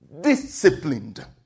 disciplined